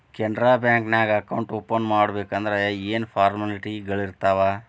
Canara bank ನ್ಯಾಗ account open ಮಾಡ್ಬೇಕಂದರ ಯೇನ್ ಫಾರ್ಮಾಲಿಟಿಗಳಿರ್ತಾವ?